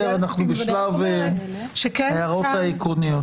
אנו בשלב הערות עקרוניות.